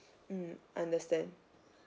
mm understand